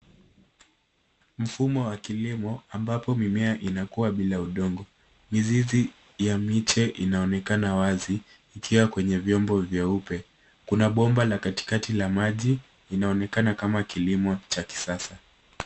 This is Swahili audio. Mfumo wa kilimo ambapo mimea inakua bila udongo. Mizizi ya miche inaonekana wazi ikiwa kwenye vyombo vyeupe. Kuna bomba la katikati la maji. Inaonekana kama kilimo cha kisasa.